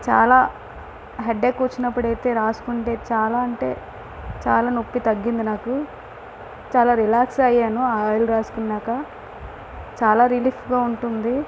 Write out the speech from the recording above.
చాలా హెడేక్ వచ్చినప్పుడు అయితే రాసుకుంటే చాలా అంటే చాలా నొప్పి తగ్గింది నాకు చాలా రిలాక్స్ అయ్యాను ఆయిల్ రాసుకున్నాక చాలా రిలీఫ్గా ఉంటుంది